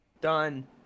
Done